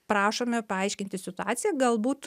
prašome paaiškinti situaciją galbūt